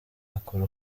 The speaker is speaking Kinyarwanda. akora